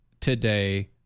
today